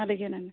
అలాగే అండి